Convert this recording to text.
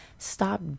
Stop